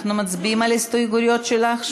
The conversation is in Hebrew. אנחנו מצביעים על ההסתייגויות שלך,